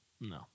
No